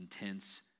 intense